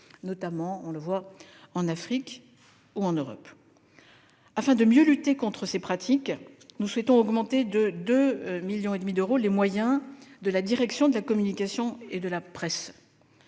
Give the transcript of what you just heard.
notamment en Afrique ou en Europe. Afin de mieux lutter contre ces pratiques, nous souhaitons augmenter de 2,5 millions d'euros les moyens de la direction de la communication et de la presse.